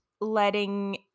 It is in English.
letting